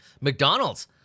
McDonald's